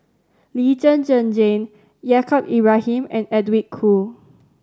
Lee Zhen Zhen Jane Yaacob Ibrahim and Edwin Koo